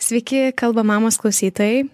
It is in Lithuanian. sveiki kalba mamos klausytojai